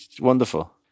wonderful